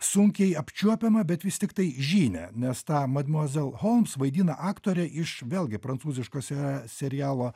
sunkiai apčiuopiamą bet vis tiktai žinią nes tą madmuazel holms vaidina aktorė iš vėlgi prancūziško se serialo